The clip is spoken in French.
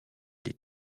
des